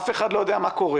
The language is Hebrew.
אף אחד לא יודע מה קורה.